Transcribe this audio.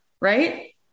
right